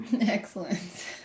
excellent